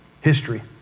history